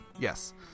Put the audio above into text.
yes